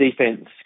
defense